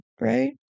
right